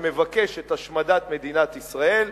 שמבקש את השמדת מדינת ישראל,